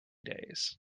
days